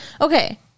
Okay